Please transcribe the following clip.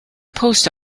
post